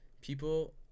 People